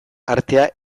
artea